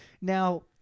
Now